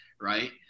right